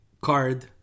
card